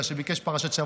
שביקש פרשת שבוע?